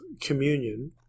communion